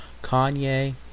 Kanye